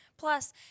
Plus